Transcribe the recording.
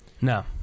no